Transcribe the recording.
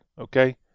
Okay